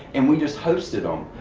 and we just hosted em.